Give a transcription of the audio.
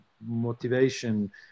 motivation